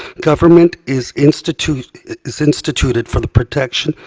government is instituted is instituted for the protection,